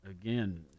Again